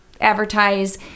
advertise